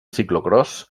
ciclocròs